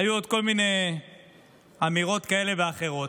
היו עוד כל מיני אמירות כאלה ואחרות.